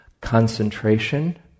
concentration